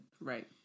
right